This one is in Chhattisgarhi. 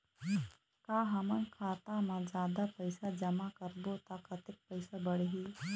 का हमन खाता मा जादा पैसा जमा करबो ता कतेक पैसा बढ़ही?